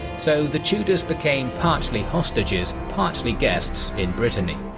so the tudors became partly hostages, partly guests in brittany.